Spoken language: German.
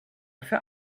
für